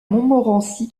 montmorency